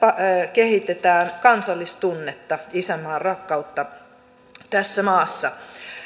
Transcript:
kehitetään kansallistunnetta isänmaanrakkautta tässä maassa